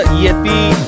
yippee